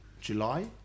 July